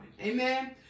Amen